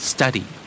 STUDY